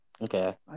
Okay